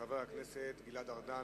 חבר הכנסת גלעד ארדן.